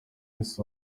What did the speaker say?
wese